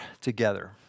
together